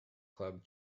club